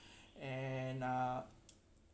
and uh